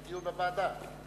דיון בוועדה?